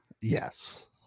Yes